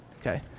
Okay